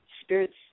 Spirit's